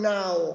now